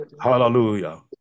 Hallelujah